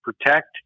protect